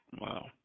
Wow